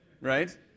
Right